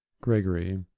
Gregory